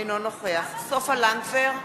אינו נוכח סופה לנדבר,